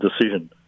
decision